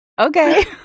Okay